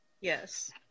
Yes